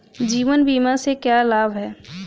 जीवन बीमा से क्या लाभ हैं?